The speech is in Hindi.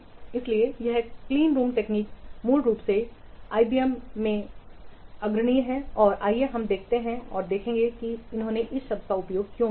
इसलिए यह क्लीनरूम तकनीक मूल रूप से आईबीएम में अग्रणी है और आइए हम देखें कि उन्होंने इस शब्द का उपयोग क्यों किया है